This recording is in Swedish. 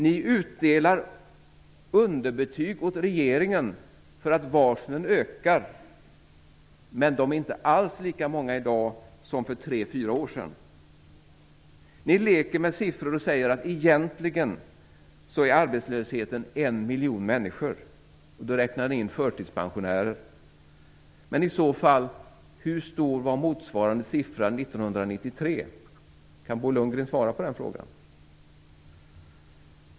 Ni utdelar underbetyg åt regeringen för att varslen ökar. Men de är inte alls lika många i dag som för tre fyra år sedan. Ni leker med siffror och säger att arbetslösheten egentligen är så hög som 1 miljon människor. Då räknar ni in förtidspensionärer också. Men hur hög var i så fall motsvarande siffra för 1993? Kan Bo Lundgren svara på den frågan?